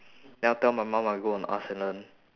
then I'll tell my mum I'll go on asknlearn